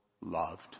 loved